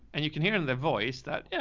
and you can hear in their voice that, yeah,